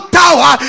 tower